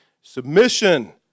submission